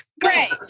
Great